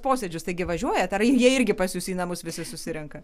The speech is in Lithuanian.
posėdžius taigi važiuojat ar jie irgi pas jus į namus visi susirenka